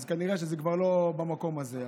וכנראה שזה כבר לא במקום הזה.